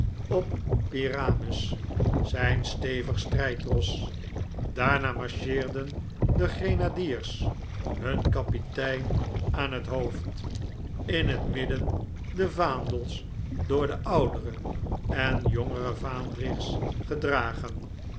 op pyramus zijn stevig strijdros daarna marcheerden de grenadiers hun kapitein aan het hoofd in het midden de vaandels door de oudere en jongere vandrigs gedragen